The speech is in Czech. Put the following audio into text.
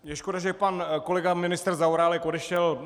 Je škoda, že pan kolega ministr Zaorálek odešel.